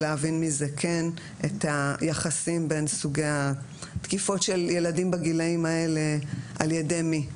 להבין מזה את היחסים בין סוגי התקיפות של ילדים בגילאים האלה ועל ידי מי.